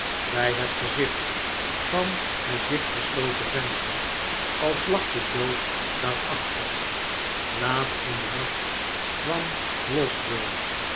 bij het gezicht van het dichtgesloten venster als lag de dood daarachter laat in den nacht kwam